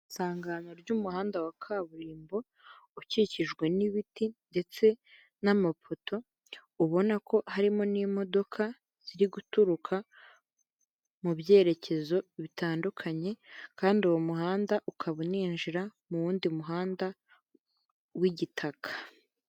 Isangano ry'umuhanda wa kaburimbo, ukikijwe n'ibiti ndetse n'amapoto, ubona ko harimo n'imodoka ziri guturuka mu byerekezo bitandukanye, kandi uwo muhanda ukaba uninjira mu wundi muhanda w'igitaka.